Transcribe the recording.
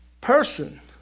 person